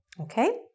Okay